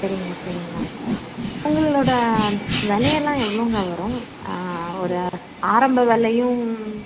சரிங்க சரிங்க உங்களோட விலை எல்லாம் எவ்வளோங்க வரும் ஒரு ஆரம்ப விலையும்